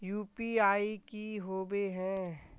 UPI की होबे है?